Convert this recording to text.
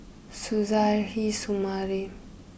Suzairhe Sumari